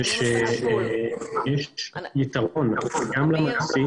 גם לעובד וגם למשק,